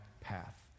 path